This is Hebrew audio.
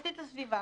ולסביבה.